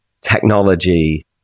technology